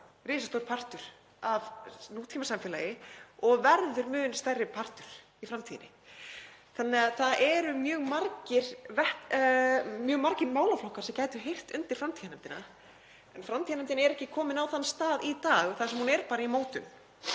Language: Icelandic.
risastór partur af nútímasamfélagi og verður mun stærri partur í framtíðinni. Það eru mjög margir málaflokkar sem gætu heyrt undir framtíðarnefndina en framtíðarnefndin er ekki komin á þann stað í dag þar sem hún er bara í mótun.